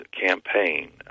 campaign